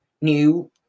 new